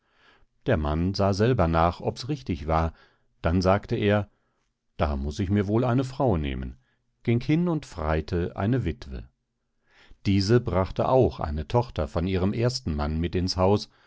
der mann sah selber nach obs richtig war dann sagte er da muß ich mir wohl eine frau nehmen ging hin und freite eine wittwe diese brachte auch eine tochter von ihrem ersten mann mit ins haus